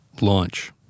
Launch